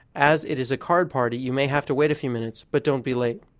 as it is a card party, you may have to wait a few minutes, but don't be late.